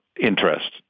interest